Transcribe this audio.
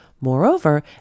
Moreover